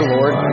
Lord